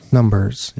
Numbers